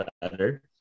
better